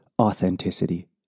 authenticity